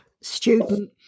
student